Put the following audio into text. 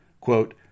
quote